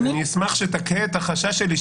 אני אשמח שתקהה את החשש שלי,